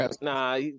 Nah